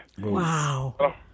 Wow